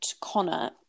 Connor